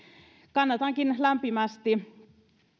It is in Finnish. kannatankin lämpimästi